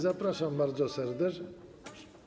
Zapraszam bardzo serdecznie.